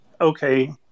okay